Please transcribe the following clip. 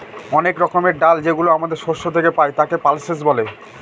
অনেক রকমের ডাল যেগুলো আমাদের শস্য থেকে পাই, তাকে পালসেস বলে